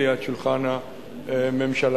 ליד שולחן הממשלה,